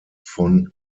von